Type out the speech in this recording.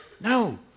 No